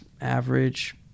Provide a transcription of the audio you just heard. average